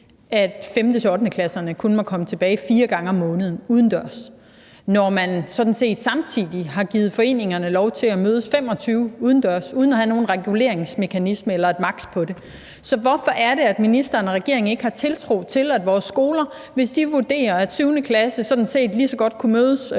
at 5.-8.-klasserne kun må komme tilbage fire gange om måneden udendørs, når man sådan set samtidig har givet foreningerne lov til at mødes 25 personer udendørs uden at have nogen reguleringsmekanisme eller et maksimum for det. Så hvorfor er det, at ministeren og regeringen ikke har tiltro til vores skoler, hvis de vurderer, at 7.-klasserne sådan set lige så godt kunne mødes